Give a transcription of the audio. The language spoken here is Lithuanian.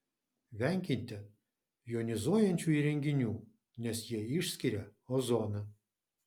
venkite jonizuojančių įrenginių nes jie išskiria ozoną